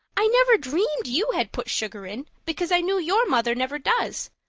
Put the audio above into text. i never dreamed you had put sugar in, because i knew your mother never does.